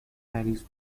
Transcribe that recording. harris